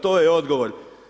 To je odgovor.